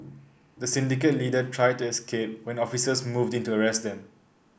the syndicate leader tried to escape when officers moved in to arrest them